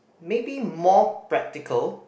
maybe more practical